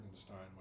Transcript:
Steinway